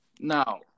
Now